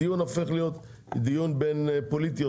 הדיון הופך להיות דיון יותר פוליטי,